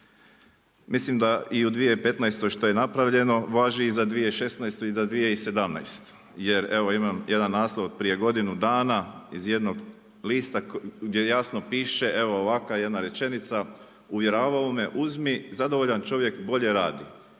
Mislim da i u 2015. što je napravljeno važi i za 2016. i za 2017. jer evo imam jedan naslov prije godinu dana iz jednog lista gdje jasno pište, evo ovakva jedna rečenica, uvjeravao me uzmi, zadovoljan čovjek bolje radi.